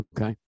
okay